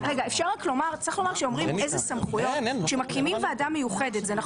צריך לומר שכשמקימים ועדה מיוחדת אומרים איזה סמכויות יהיו לה.